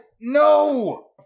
No